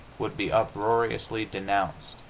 would be uproariously denounced,